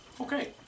okay